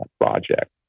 project